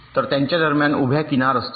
तर त्यांच्या दरम्यान उभ्या किनार असतील